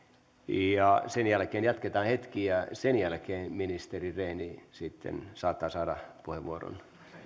sen jälkeen jatketaan hetki ja sen jälkeen ministeri rehn sitten saattaa saada puheenvuoron